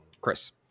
Chris